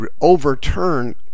overturn